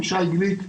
עם שי גליק,